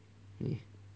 eh